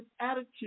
attitude